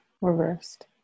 reversed